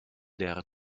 der